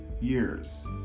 years